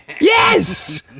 yes